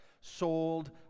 sold